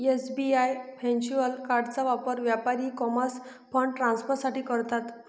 SBI virtual कार्डचा वापर व्यापारी ई कॉमर्स फंड ट्रान्सफर साठी करतात